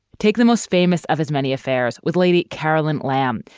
take the most famous of his many affairs with lady carolyn lamb.